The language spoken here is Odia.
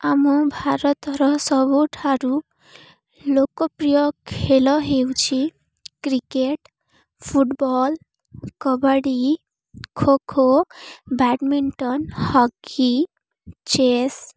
ଆମ ଭାରତର ସବୁଠାରୁ ଲୋକପ୍ରିୟ ଖେଳ ହେଉଛି cricket football kabaddi kho kho badminton hockey chess